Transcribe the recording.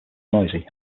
noisy